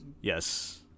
yes